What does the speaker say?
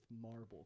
marble